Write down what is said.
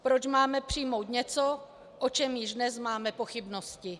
Proč máme přijmout něco, o čem již dnes máme pochybnosti.